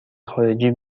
خارجی